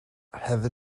heather